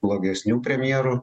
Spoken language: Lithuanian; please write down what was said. blogesnių premjerų